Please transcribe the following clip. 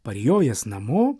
parjojęs namo